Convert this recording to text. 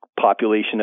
population